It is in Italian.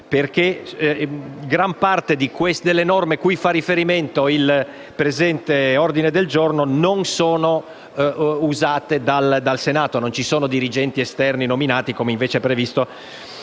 perché gran parte delle norme cui fa riferimento il presente ordine del giorno non sono usate dal Senato: non ci sono dirigenti esterni nominati, come invece è previsto